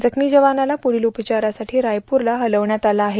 जखमी जवानाला पुढील उपचारासाठी रायपूरला हलवण्यात आलं आहे